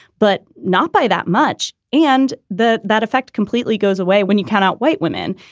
but not by that much. and that that effect completely goes away when you cannot white women.